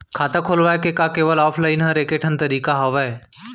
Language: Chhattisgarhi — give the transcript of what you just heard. खाता खोलवाय के का केवल ऑफलाइन हर ऐकेठन तरीका हवय?